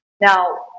Now